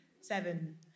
Seven